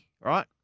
right